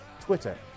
Twitter